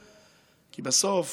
כי בסוף